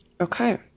Okay